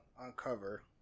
uncover